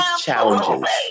challenges